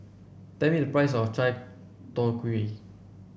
tell me the price of Chai Tow Kuay